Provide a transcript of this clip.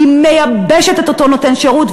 היא מייבשת את אותו נותן שירות.